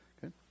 Good